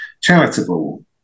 charitable